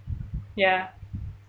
ya